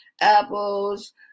apples